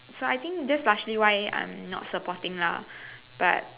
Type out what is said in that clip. so I think that's largely why I'm not supporting lah but